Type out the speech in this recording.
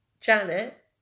Janet